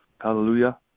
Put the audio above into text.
Hallelujah